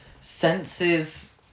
senses